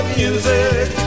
music